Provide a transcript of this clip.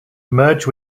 merge